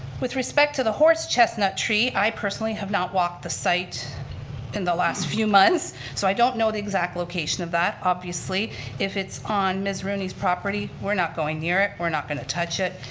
with respect to the horse chestnut tree, i personally have not walked the site in the last few months so i don't know the exact location of that. obviously if it's on ms. rooney's property, we're not going near it, we're not going to touch it.